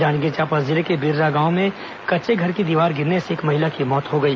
जांजगीर चांपा जिले के बिर्रा गांव में कच्चे घर की दीवार गिरने से एक महिला की मौत हो गई